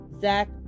Zach